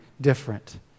different